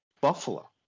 Buffalo